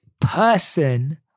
person